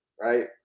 right